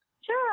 sure